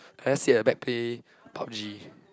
I just sit at the back play pub G